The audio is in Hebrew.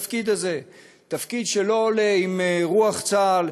תפקיד שלא עולה עם רוח צה"ל,